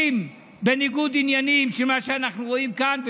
הנגועים בניגוד עניינים של מה שאנחנו רואים כאן.